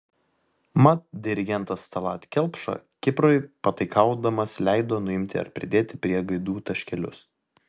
mat dirigentas tallat kelpša kiprui pataikaudamas leido nuimti ar pridėti prie gaidų taškelius